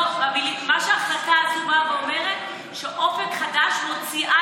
מה שההחלטה הזאת באה ואומרת זה שאופק חדש מוציאה